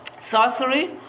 Sorcery